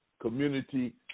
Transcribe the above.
community